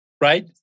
Right